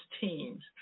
teams